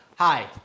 Hi